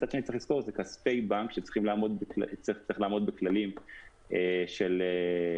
מצד שני צריך לזכור שאלה כספי בנק שצריך לעמוד בכללים של רגולציה,